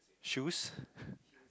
shoes